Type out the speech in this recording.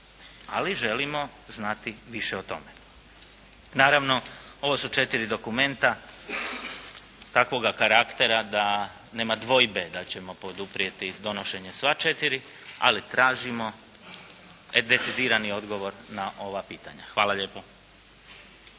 Ali, želimo znati više o tome. Naravno, ovo su 4 dokumenta takvoga karaktera da nema dvojbe da ćemo poduprijeti donošenje sva 4, ali tražimo decidirani odgovor na ova pitanja. Hvala lijepo.